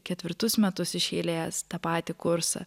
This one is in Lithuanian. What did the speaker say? ketvirtus metus iš eilės tą patį kursą